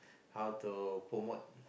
how to promote